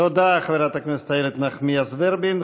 תודה, חברת הכנסת איילת נחמיאס ורבין.